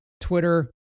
Twitter